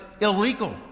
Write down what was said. illegal